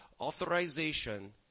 authorization